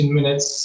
minutes